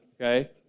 Okay